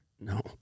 No